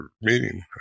meeting